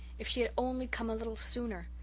if she had only come a little sooner!